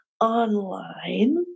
online